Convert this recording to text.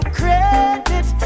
credit